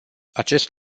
acest